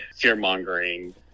fear-mongering